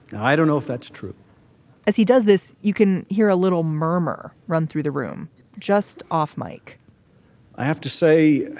i don't know if that's true as he does this you can hear a little murmur run through the room just off, mike i have to say,